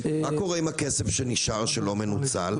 מה קורה עם הכסף שנשאר שלא מנוצל?